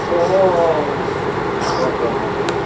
অঁ অঁ হয় হয় হয় হয়